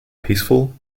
peaceful